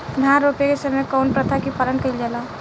धान रोपे के समय कउन प्रथा की पालन कइल जाला?